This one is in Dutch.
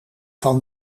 van